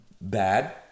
bad